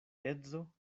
edzo